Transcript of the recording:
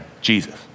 Jesus